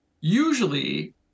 usually